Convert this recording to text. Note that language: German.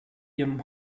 ihrem